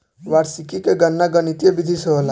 वार्षिकी के गणना गणितीय विधि से होला